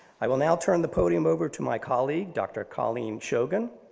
i will now turn the podium over to my colleague, dr. colleen shogan,